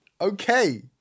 Okay